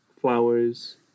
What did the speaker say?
flowers